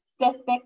specific